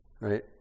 Right